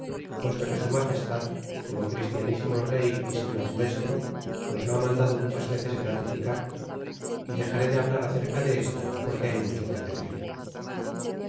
puesto que su magestad como christianisimo rey y señor nuestro nos lo ha mandado muchas veces gratificar é dexaré de hablar acerca desto porque hay mucho que decir